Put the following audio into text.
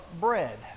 bread